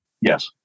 Yes